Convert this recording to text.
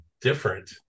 different